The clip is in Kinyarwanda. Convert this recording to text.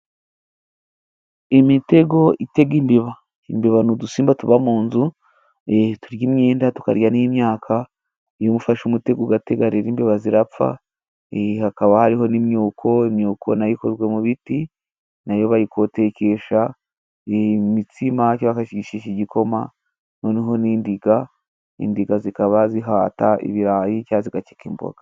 Imitego itega imbeba. Imbeba ni udusimba tuba mu nzu, turya imyenda, tukarya n'imyaka, iyo ufashe umutego ugatega rero imbeba zirapfa. Hakaba hariho n'imyuko, imyuko nayo ikorwa mu biti, nayo bayikotekesha imitsima cyangwa bakayishigishisha igikoma. Noneho n'indiga, indiga zikaba zihata ibirayi cyangwa zigakeka imboga.